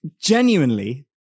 genuinely